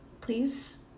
Please